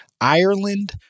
Ireland